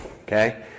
okay